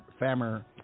Famer